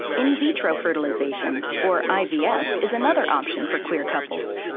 in vitro fertilization, or ivf, is another option for queer couples.